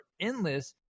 endless